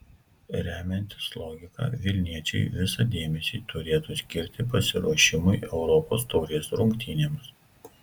remiantis logika vilniečiai visą dėmesį turėtų skirti pasiruošimui europos taurės rungtynėms